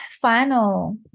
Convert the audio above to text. final